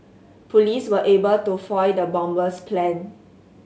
police were able to foil the bomber's plan